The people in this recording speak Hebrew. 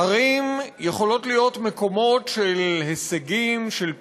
ערים יכולות להיות מקומות של הישגים, של פתרונות.